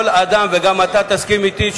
וגם אתה תסכים אתי,